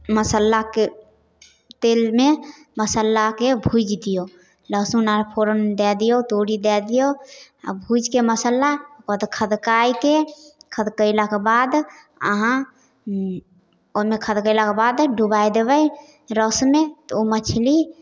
मसल्लाके तेलमे मसल्लाके भुजि दिऔ लहसुन आओर फोरन दै दिऔ तोरी दै दिऔ आओर भुजिके मसल्ला ओकरा तऽ खदकैके खदकेलाके बाद अहाँ ओहिमे खदकेलाके डुबै देबै रसमे तऽ ओ मछली